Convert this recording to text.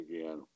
again